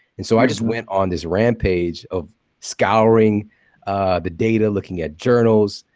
and so i just went on this rampage of scouring the data, looking at journals.